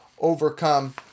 overcome